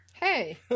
Hey